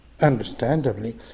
understandably